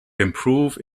improve